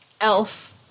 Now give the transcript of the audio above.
elf